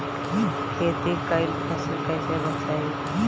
खेती कईल फसल कैसे बचाई?